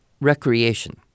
recreation